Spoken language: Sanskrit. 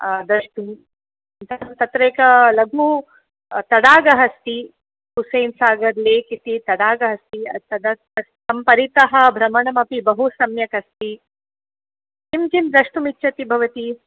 द्रष्टुम् अनन्तरं तत्र एकः लघु तडागः अस्ति हुसेन्सागर् लेक् इति तडागः अस्ति तद् तं परितः भ्रमणमपि बहु सम्यक् अस्ति किं किं दृष्टुमिच्छति भवती